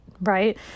right